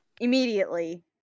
Immediately